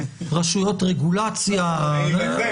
רשויות רגולציה --- מילא זה,